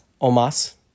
omas